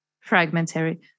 fragmentary